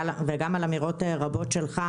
וגם על אמירות רבות שלך,